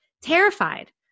terrified